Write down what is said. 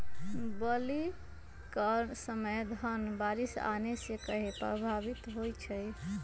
बली क समय धन बारिस आने से कहे पभवित होई छई?